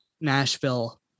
Nashville